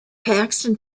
paxton